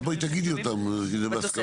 אז בואי תגידי אותם, כי זה בהסכמה.